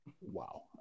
wow